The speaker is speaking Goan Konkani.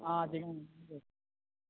आं तिंगा भितर